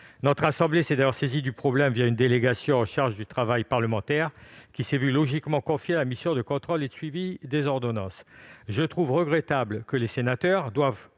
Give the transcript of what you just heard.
Notre assemblée s'est d'ailleurs saisie du problème une délégation chargée du travail parlementaire, qui s'est vue logiquement confier la mission de contrôle et de suivi des ordonnances. Je trouve regrettable que les sénateurs doivent,